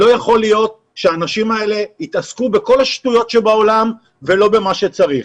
לא יכול להיות שהאנשים האלה יתעסקו בכל השטויות שבעולם ולא במה שצריך.